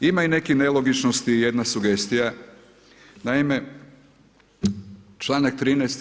Ima i nekih nelogičnosti i jedna sugestija, naime članak 13.